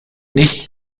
nicht